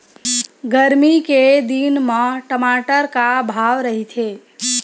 गरमी के दिन म टमाटर का भाव रहिथे?